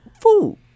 food